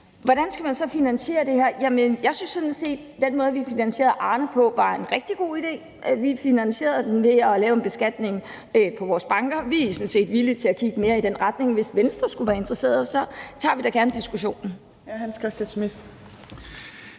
Hvordan skal man så finansiere det her? Jeg synes sådan set, at den måde, vi finansierede Arnepensionen på, var en rigtig god idé. Vi finansierede den ved at lave en beskatning på vores banker. Vi er sådan set villige til at kigge mere i den retning, og hvis Venstre skulle være interesseret, tager vi da gerne diskussionen. Kl. 13:24 Tredje